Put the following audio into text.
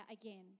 again